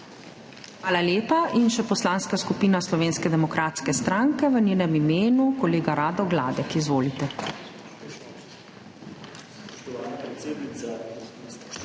Hvala lepa. In še Poslanska skupina Slovenske demokratske stranke, v njenem imenu kolega Rado Gladek. Izvolite.